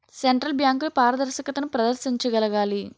central బ్యాంకులు పారదర్శకతను ప్రదర్శించగలగాలి